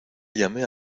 llamé